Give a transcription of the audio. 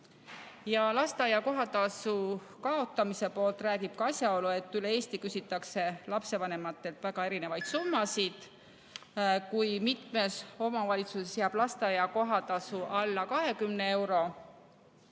Lasteaia kohatasu kaotamise poolt räägib ka asjaolu, et üle Eesti küsitakse lapsevanematelt väga erinevaid summasid. Kui mitmes omavalitsuses jääb lasteaia kohatasu alla 20 euro,